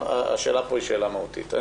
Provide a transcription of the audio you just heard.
השאלה פה היא שאלה מהותית.